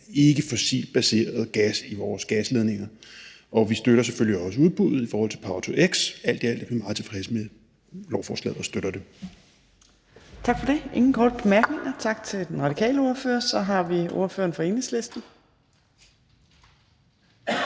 ikkefossilt baseret gas i vores gasledninger. Og vi støtter selvfølgelig også udbuddet i forhold til power-to-x. Alt i alt er vi meget tilfredse med lovforslaget og støtter det. Kl. 11:13 Fjerde næstformand (Trine Torp): Der er ingen korte bemærkninger. Tak til den radikale ordfører. Så er det ordføreren for Enhedslisten,